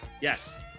Yes